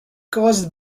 caused